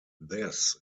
this